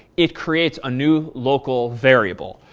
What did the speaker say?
it creates a new local variable.